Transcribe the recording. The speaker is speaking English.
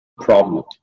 problem